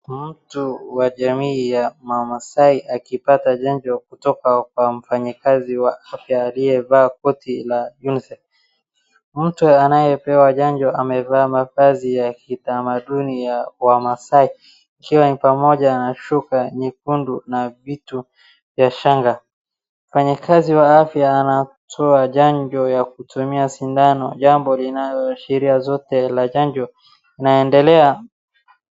Mtu wa jamii ya Maasai akipata chanjo kutoka kwa mfanyakazi wa afya aliyevaa koti la UNICEF . Mtu anayepewa chanjo amevaa mavazi ya kitamaduni ya Wamaasai ikiwa ni pamoja na shuka nyekundu na vitu vya shanga. Mfanyakazi wa afya anatoa chanjo ya kutumia sindano, jambo linaloashiria zote la chanjo inaendelea.